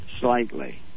slightly